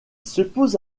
suppose